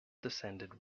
descended